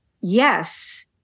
yes